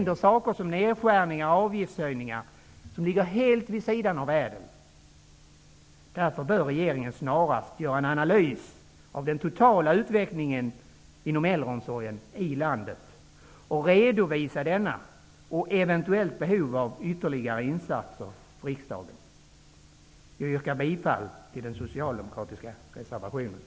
Det görs nedskärningar och avgiftshöjningar som ligger helt vid sidan av ÄDEL-reformen. Därför bör regeringen snarast göra en analys av den totala utvecklingen inom äldreomsorgen i landet, och redovisa denna och eventuellt behov av ytterligare insatser för riksdagen. Jag yrkar bifall till den socialdemokratiska reservationen.